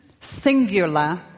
singular